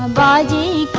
um da da